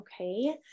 okay